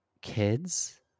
kids